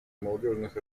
молодежных